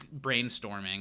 brainstorming